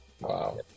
Wow